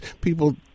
people